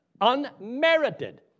Unmerited